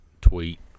tweet